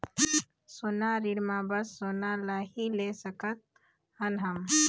सोना ऋण मा बस सोना ला ही ले सकत हन हम?